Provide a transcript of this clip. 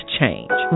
change